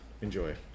enjoy